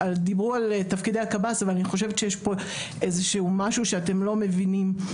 אבל אני חושבת שיש פה משהו שאתם לא מבינים.